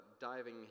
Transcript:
diving